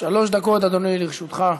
שלוש דקות, אדוני, לרשותך.